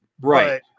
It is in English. Right